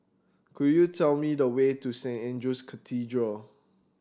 could you tell me the way to Saint Andrew's Cathedral